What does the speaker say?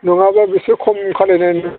नङाब्ला बिसोर खम खालायनाय